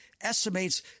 estimates